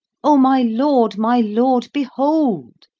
o, my lord, my lord, behold,